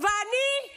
את שונאת נשים.